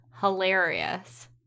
hilarious